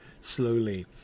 slowly